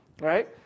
right